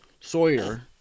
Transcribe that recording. Sawyer